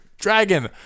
Dragon